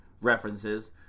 references